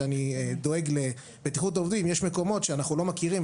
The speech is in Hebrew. שאני דואג לבטיחות העובדים יש מקומות שאנחנו לא מכירים,